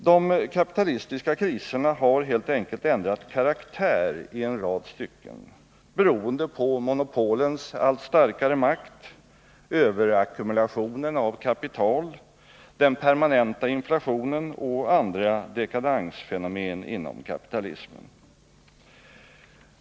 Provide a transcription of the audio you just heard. De kapitalistiska kriserna har helt enkelt ändrat karaktär i en rad stycken beroende på monopolens allt starkare makt, överackumulationen av kapital, den permanenta inflationen och andra dekadensfenomen inom kapitalismen.